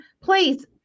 please